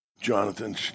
Jonathan